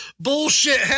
bullshit